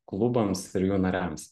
klubams ir jų nariams